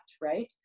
right